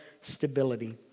stability